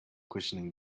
questioning